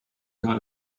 got